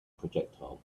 projectile